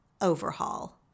overhaul